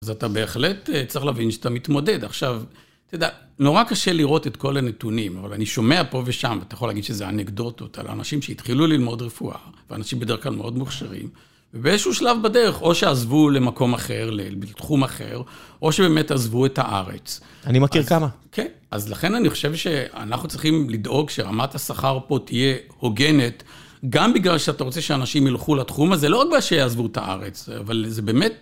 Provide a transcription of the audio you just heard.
אז אתה בהחלט צריך להבין שאתה מתמודד. עכשיו, אתה יודע, נורא קשה לראות את כל הנתונים, אבל אני שומע פה ושם, ואתה יכול להגיד שזה אנקדוטות, על אנשים שהתחילו ללמוד רפואה, ואנשים בדרך כלל מאוד מוכשרים, ובאיזשהו שלב בדרך, או שעזבו למקום אחר, בתחום אחר, או שבאמת עזבו את הארץ. אני מכיר כמה. כן, אז לכן אני חושב שאנחנו צריכים לדאוג שרמת השכר פה תהיה הוגנת, גם בגלל שאתה רוצה שאנשים ילכו לתחום הזה, ולא רק בגלל שיעזבו את הארץ, אבל זה באמת...